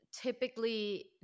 typically